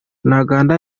ntaganda